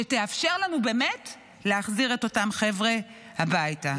שתאפשר לנו באמת להחזיר את אותם חבר'ה הביתה.